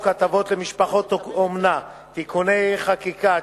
הטבות למשפחות אומנה (תיקוני חקיקה),